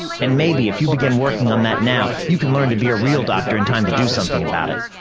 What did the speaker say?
and maybe if you begin working on that now, you can learn to be a real doctor in time to do something about it.